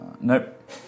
nope